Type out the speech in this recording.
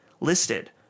listed